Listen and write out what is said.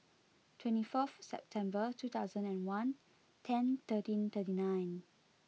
twenty fourth September two thousand and one ten thirteen thirty nine